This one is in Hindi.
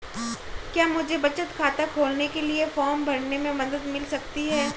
क्या मुझे बचत खाता खोलने के लिए फॉर्म भरने में मदद मिल सकती है?